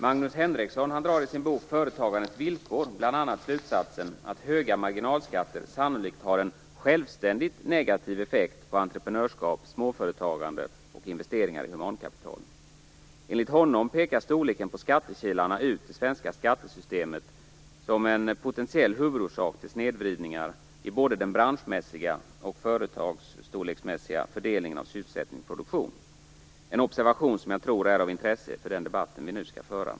Magnus Henrekson drar i sin bok Företagandets villkor bl.a. slutsatsen att höga marginalskatter sannolikt har en självständigt negativ effekt på entreprenörskap, småföretagande och investeringar i humankapital. Enligt Magnus Henrekson pekar storleken på skattekilarna ut det svenska skattesystemet som en potentiell huvudorsak till snedvridningar i både den branschmässiga och den företagsstorleksmässiga fördelningen av sysselsättning och produktion - en observation som jag tror också är av intresse för den debatt som vi nu skall föra.